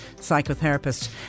psychotherapist